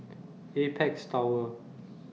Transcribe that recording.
Apex Tower